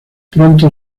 pronto